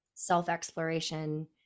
self-exploration